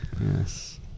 Yes